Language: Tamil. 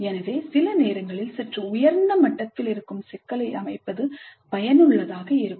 எனவே சில நேரங்களில் சற்று உயர்ந்த மட்டத்தில் இருக்கும் சிக்கலை அமைப்பது பயனுள்ளதாக இருக்கும்